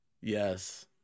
Yes